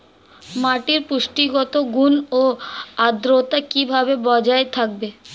মাটির পুষ্টিগত গুণ ও আদ্রতা কিভাবে বজায় থাকবে?